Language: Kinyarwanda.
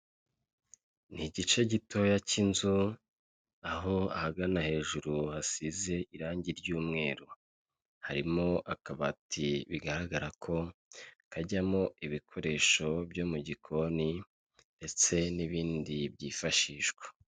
Iyi foto iragaragaza ahantu bacuruzwa hari abantu bari guhaha hari aho ubu abantu bishimye aho umuntu afite ibyagiye kwa mu ntoki hari naho umuntu atishimye.